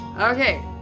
Okay